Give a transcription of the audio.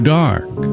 dark